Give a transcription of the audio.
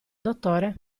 dottore